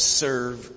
serve